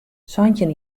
santjin